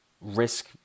risk